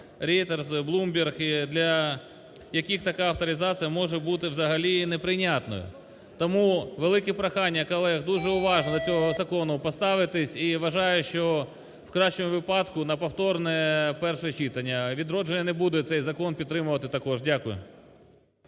Reuters, Bloomberg, для яких така авторизація може бути взагалі неприйнятною. Тому велике прохання до колег дуже уважно до цього закону поставитися. І вважаю, що у кращому випадку на повторне перше читання. "Відродження" не буде цей закон підтримувати також. Дякую.